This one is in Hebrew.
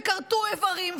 וכרתו איברים,